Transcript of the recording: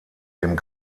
dem